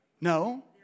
No